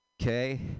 Okay